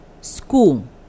school